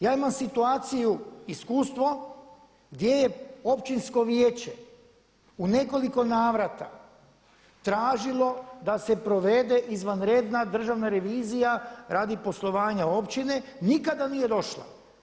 Ja imam situaciju iskustvo gdje je općinsko vijeće u nekoliko navrata tražilo da se provede izvanredna državna revizija radi poslovanja općine nikada nije došla.